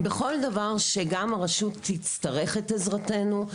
בכל דבר שגם הרשות תצטרך את עזרתנו,